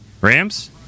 Rams